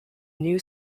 new